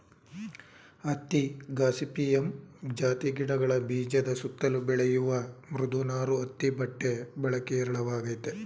ಹತ್ತಿ ಗಾಸಿಪಿಯಮ್ ಜಾತಿ ಗಿಡಗಳ ಬೀಜದ ಸುತ್ತಲು ಬೆಳೆಯುವ ಮೃದು ನಾರು ಹತ್ತಿ ಬಟ್ಟೆ ಬಳಕೆ ಹೇರಳವಾಗಯ್ತೆ